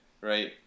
Right